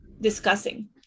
discussing